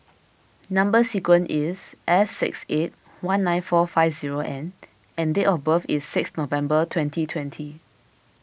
Number Sequence is S six eight one nine four five zero N and date of birth is six November twenty twenty